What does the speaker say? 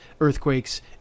earthquakes